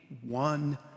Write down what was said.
one